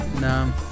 No